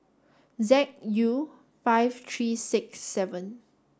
Z U five three six seven